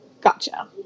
Gotcha